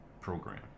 program